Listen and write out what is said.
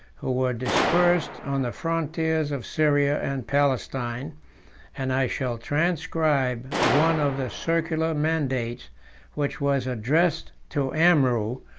who were dispersed on the frontiers of syria and palestine and i shall transcribe one of the circular mandates which was addressed to amrou,